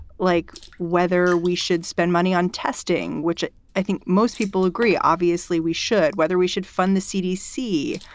like whether we should spend money on testing, which i think most people agree. obviously we should whether we should fund the cdc,